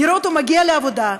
נראה אותו מגיע לעבודה,